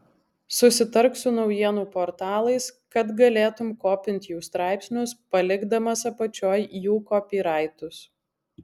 susitark su naujienų portalais kad galėtum kopint jų straipsnius palikdamas apačioj jų kopyraitus